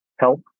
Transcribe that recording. help